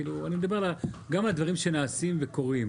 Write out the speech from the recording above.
אני מדבר גם על הדברים שנעשים וקורים.